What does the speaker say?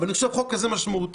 אבל אני חושב שחוק כזה משמעותי,